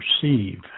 perceive